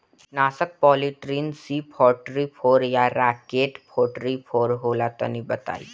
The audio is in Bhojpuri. कीटनाशक पॉलीट्रिन सी फोर्टीफ़ोर या राकेट फोर्टीफोर होला तनि बताई?